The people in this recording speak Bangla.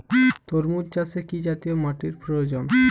তরমুজ চাষে কি জাতীয় মাটির প্রয়োজন?